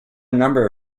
number